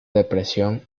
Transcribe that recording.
depresión